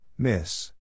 Miss